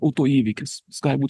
autoįvykis jis gali būt